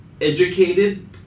educated